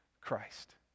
Christ